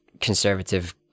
Conservative